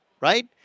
right